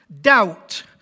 Doubt